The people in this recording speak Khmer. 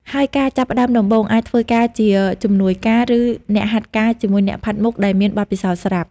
ហើយការចាប់ផ្តើមដំបូង អាចធ្វើការជាជំនួយការ ឬអ្នកហាត់ការជាមួយអ្នកផាត់មុខដែលមានបទពិសោធន៍ស្រាប់។